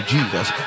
Jesus